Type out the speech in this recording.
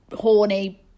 horny